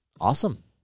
Awesome